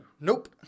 Nope